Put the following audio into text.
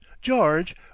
George